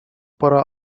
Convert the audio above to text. пора